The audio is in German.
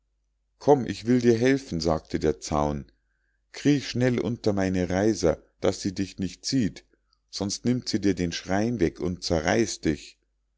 komm ich will dir helfen sagte der zaun kriech schnell unter meine reiser daß sie dich nicht sieht sonst nimmt sie dir den schrein weg und zerreißt dich